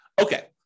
Okay